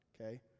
okay